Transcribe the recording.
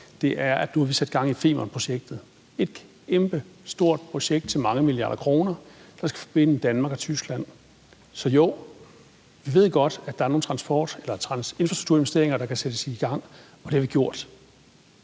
det er, at vi nu har sat gang i Femernprojektet – et kæmpestort projekt til mange milliarder kroner, der skal forbinde Danmark og Tyskland. Så jo, vi ved godt, at der er nogle infrastrukturinvesteringer, der kan sættes i gang, og det har vi gjort